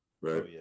right